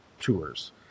Tours